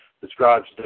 describes